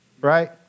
right